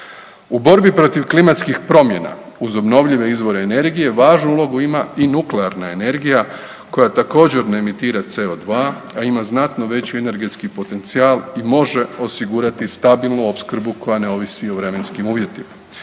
U borbi protiv klimatskih promjena uz obnovljive izvore energije, važnu ulogu ima i nuklearna energija koja također ne emitira CO2 a ima znatno veći energetski potencijal i može osigurati stabilnu opskrbu koja ne ovisi o vremenskim uvjetima.